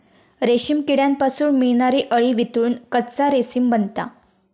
रेशीम किड्यांपासून मिळणारी अळी वितळून कच्चा रेशीम बनता